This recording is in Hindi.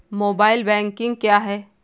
मोबाइल बैंकिंग क्या है?